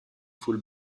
full